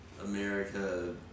America